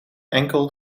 enkel